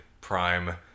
Prime